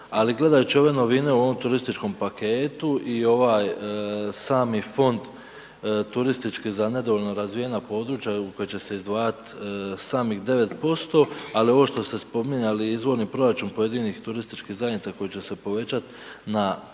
Ali gledajući ove novine u ovom turističkom paketu i ovaj sami fond turistički za nedovoljno razvijena područja u koji će se izdvajati samih 9%. Ali ovo što ste spominjali izvorni proračun pojedinih turističkih zajednica koji će se povećati na 500